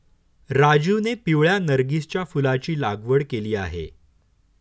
राजीवने पिवळ्या नर्गिसच्या फुलाची लागवड केली आहे